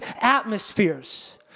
atmospheres